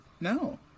No